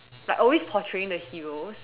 like always portraying the heroes